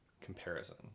Comparison